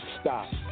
stop